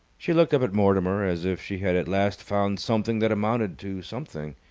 she looked up at mortimer as if she had at last found something that amounted to something.